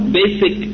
basic